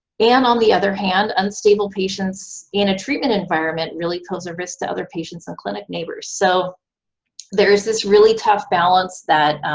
and on the other hand, unstable patients in a treatment environment really pose a risk to other patients and clinic neighbors. so there is this really tough balance that